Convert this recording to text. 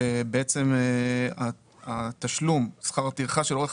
כשבעצם התשלום של שכר הטרחה של עורך